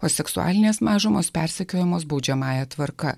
o seksualinės mažumos persekiojamos baudžiamąja tvarka